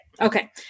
Okay